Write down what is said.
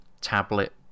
tablet